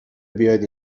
بیاد